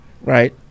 Right